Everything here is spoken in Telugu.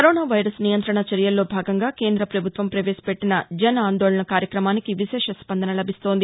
కరోనా వైరస్ నియంత్రణ చర్యల్లో భాగంగా కేంద్రపభుత్వం పవేశపెట్టిన జన్ ఆందోళన్ కార్యక్రమానికి విశేష స్పందన లభిస్తోంది